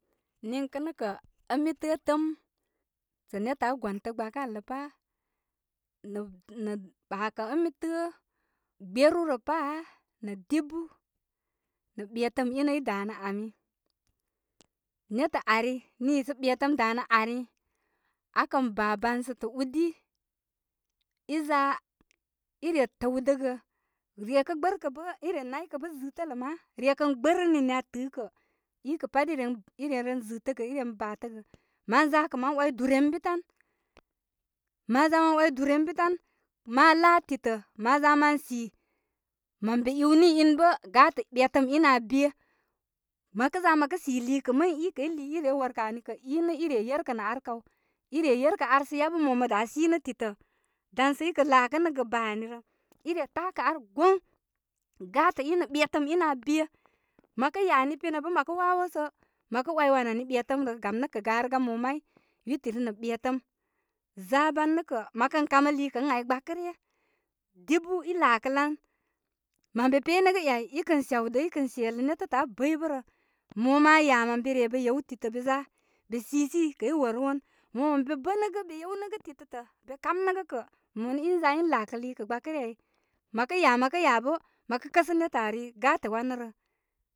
Niŋkə' nə' kə' ə'n mi tə'ə' təə'm sə' n etə' aa gontə gbakə ar be pa nāāg, nəəg, ɓā kə' ən mi tə'ə' gberu rə pa. nə dibu, nə ɓetəm i nə' i danə ami. Netə ari niisə ɓe təm danə ari, aa kə baabansətə, udi i za i re təwdəgə. Rye kə gbəkə bə, i re naykə bə zitələ ma. Rye kə gbərə nini aa tɨɨ kə i kə' pat i ren i re ren zɨtəgə i ren batəgə. Mazako' ma 'wai dure ən bi tan. maza ma wai durenbi tan. ma laa titə', maza ma si, mən be ɨwni to bə gātə' ɓetəm ɨnə aa be. Mə za məkə si liikə mə i kəy i lii ire workāā ani kə, ani kə i nə' i re yerkə nə? Arkaw. i yerkə ar sə yabə mo mə daa sinə titə' dan sə i kə laakənəgə baa ani rə. i re takə ar goŋ. Gatə inə ɓetəm i nə aa be. Mə kə' ya ni pinya bə mə kə mawo sturn mə kə wai wan ani ɓetəm rə, gam nəkə garəgan mo may yutiri nə' ɓetəm. Za baa nə' kə mə kən kamə lii kə' ən ai gbaakə ryə, dibu i laakəlan. Mən be penəgə yay, i kə shawdə, i kən shelə netətə' abəybə'bərə. Mo ma ya mən be re be yew titə' be za be sisii kə' worəwon mo mə be bənəgə be yewnəgə ditə'tə' be kamnəgə kə' mənə' in za in laakə liikə gbakə re ai. Mə ya mə kə yabə mə kə kasə n etə' ari gatə' wantə rə.